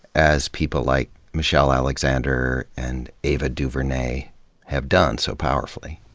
as people like michelle alexander and ava duvernay have done so powerfully.